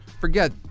forget